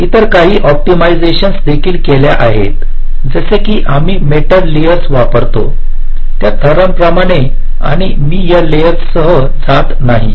तर इतर काही ऑप्टिमायझेशन देखील केल्या आहेत जसे की आम्ही मेटल लयेर्स वापरतो त्या थरांप्रमाणे आणि मी या लयेर्ससह जात नाही